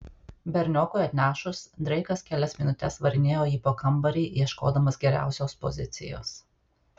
berniokui atnešus dreikas kelias minutes varinėjo jį po kambarį ieškodamas geriausios pozicijos